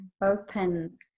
open